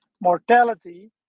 mortality